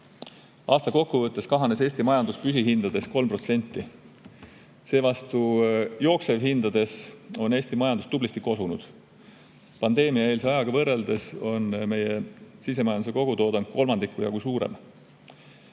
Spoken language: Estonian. Aasta kokkuvõttes kahanes Eesti majandus püsihindades 3%. Seevastu jooksevhindades on Eesti majandus tublisti kosunud. Pandeemiaeelse ajaga võrreldes on meie sisemajanduse kogutoodang kolmandiku jagu suurem.